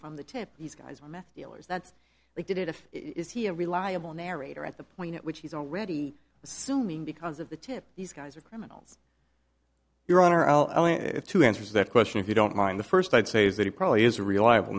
from the tip these guys were meth dealers that they did it if is he a reliable narrator at the point at which he's already assuming because of the tip these guys are criminals your honor to answer that question if you don't mind the first i'd say is that he probably is a reliable